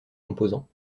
composants